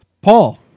Paul